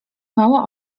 mało